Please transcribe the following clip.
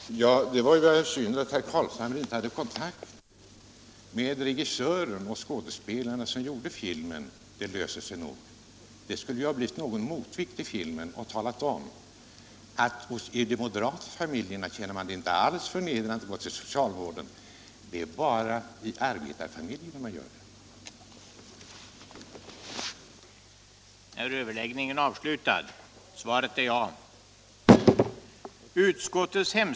Herr talman! Det var synd att herr Carlshamre inte hade kontakt med den regissör och de skådespelare som gjorde filmen ”Det löser sig nog”. Det kunde ha blivit en motvikt i filmen om det hade framgått att i de moderata familjerna känner man det inte alls förnedrande att gå till socialvården — det är bara i arbetarfamiljerna man gör det. den det ej vill röstar nej.